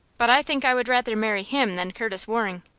but i think i would rather marry him than curtis waring.